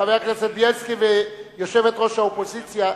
חבר הכנסת בילסקי ויושבת-ראש האופוזיציה,